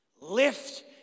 Lift